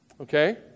okay